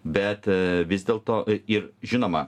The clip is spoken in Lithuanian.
bet vis dėlto ir žinoma